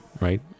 right